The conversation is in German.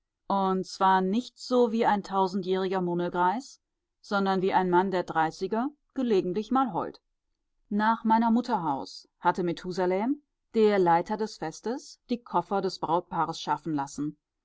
und zwar nicht so wie ein tausendjähriger mummelgreis sondern wie ein mann der dreißiger gelegentlich mal heult nach meiner mutter haus hatte methusalem der leiter des festes die koffer des brautpaares schaffen lassen